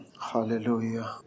Hallelujah